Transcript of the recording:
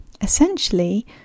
essentially